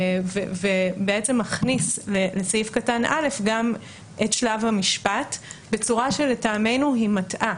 ובעצם מכניס לסעיף קטן (א) גם את שלב המשפט בצורה שלטעמנו היא מטעה.